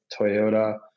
Toyota